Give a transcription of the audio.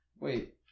Wait